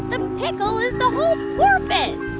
the pickle is the whole porpoise.